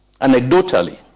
anecdotally